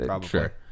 Sure